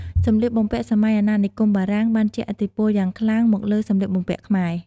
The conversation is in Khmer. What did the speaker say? សម្លៀកបំពាក់សម័យអាណានិគមបារាំងបានជះឥទ្ធិពលយ៉ាងខ្លាំងមកលើសម្លៀកបំពាក់ខ្មែរ។